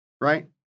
right